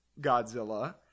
Godzilla